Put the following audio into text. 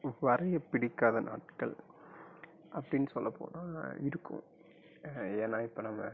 வரைய பிடிக்காத நாட்கள் அப்படின்னு சொல்லப் போனால் இருக்கும் ஏன்னா இப்போ நம்ம